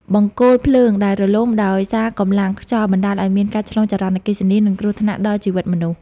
បង្គោលភ្លើងដែលរលំដោយសារកម្លាំងខ្យល់បណ្តាលឱ្យមានការឆ្លងចរន្តអគ្គិសនី និងគ្រោះថ្នាក់ដល់ជីវិតមនុស្ស។